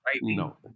No